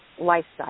Lifestyle